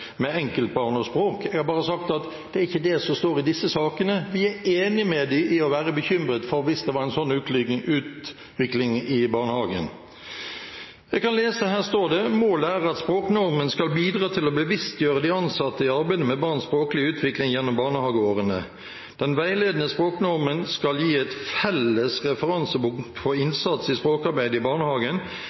med dem i deres bekymring hvis det er en slik utvikling i barnehagen. Jeg kan lese fra Meld. St. nr. 19 for 2015–2016, her står det: «Målet er at språknormen skal bidra til å bevisstgjøre de ansatte i arbeidet med barns språklige utvikling gjennom barnehageårene. Den veiledende språknormen skal gi et felles referansepunkt for innsats i språkarbeidet i barnehagen,